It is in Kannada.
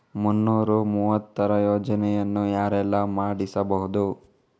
ಮುನ್ನೂರ ಮೂವತ್ತರ ಯೋಜನೆಯನ್ನು ಯಾರೆಲ್ಲ ಮಾಡಿಸಬಹುದು?